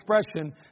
expression